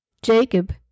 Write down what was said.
Jacob